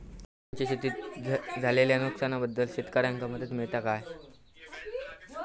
पुराच्यायेळी शेतीत झालेल्या नुकसनाबद्दल शेतकऱ्यांका मदत मिळता काय?